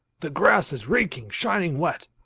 the grass is reeking, shining wet.